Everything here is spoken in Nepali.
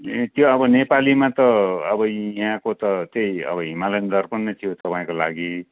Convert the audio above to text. ए त्यो अब नेपालीमा त अब यहाँको त त्यही अब हिमालयन दर्पण नै थियो तपाईँको लागि